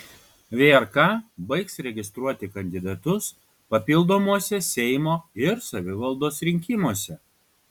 vrk baigs registruoti kandidatus papildomuose seimo ir savivaldos rinkimuose